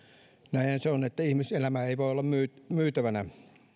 näinhän se on että ihmiselämä ei voi olla myytävänä